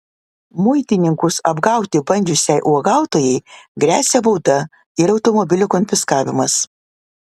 muitininkus apgauti bandžiusiai uogautojai gresia bauda ir automobilio konfiskavimas